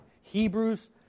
Hebrews